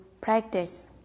practice